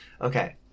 Okay